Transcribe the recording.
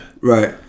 Right